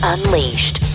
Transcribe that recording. Unleashed